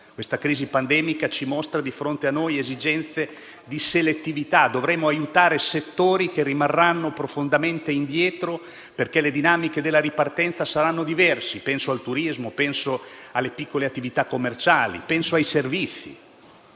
Questa crisi pandemica mostra di fronte a noi esigenze di selettività. Dovremo aiutare settori che rimarranno profondamente indietro, perché le dinamiche della ripartenza saranno diverse. Penso al turismo, penso alle piccole attività commerciali, penso ai servizi.